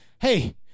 Hey